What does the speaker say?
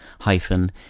hyphen